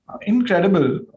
incredible